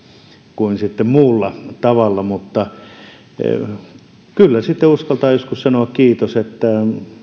kuin sitten muulla tavalla kyllä uskaltaa joskus sanoa kiitos että